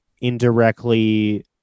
indirectly